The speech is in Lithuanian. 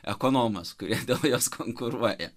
ekonomas kurie dėl jos konkuruoja